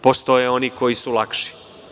Postoje oni koji su lakši.